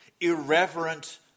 irreverent